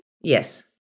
Yes